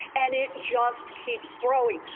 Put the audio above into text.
and it just keeps growing.